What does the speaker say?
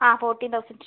uh fourteen thousand